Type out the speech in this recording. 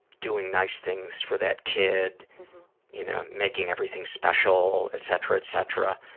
doing nice things for that kid you know? making everything special, etc, etc,